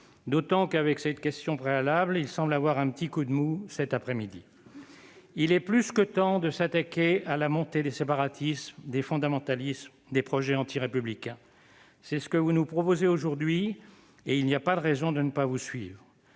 semblent, avec cette question préalable, avoir un petit coup de mou cette après-midi. Il est plus que temps de s'attaquer à la montée des séparatismes, des fondamentalismes et des projets antirépublicains. C'est ce que vous nous proposez aujourd'hui, messieurs les ministres et il n'y a pas de raison de ne pas vous suivre.